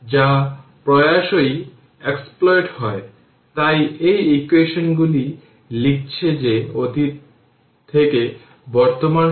সুতরাং বিপরীতভাবে একটি ক্যাপাসিটর থেকে কারেন্ট তাত্ক্ষণিকভাবে পরিবর্তিত হতে পারে